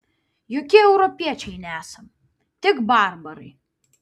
jokie europiečiai nesam tik barbarai